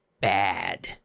bad